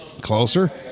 Closer